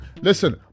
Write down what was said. listen